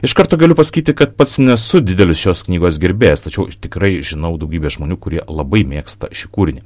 iš karto galiu pasakyti kad pats nesu didelis šios knygos gerbėjas tačiau tikrai žinau daugybę žmonių kurie labai mėgsta šį kūrinį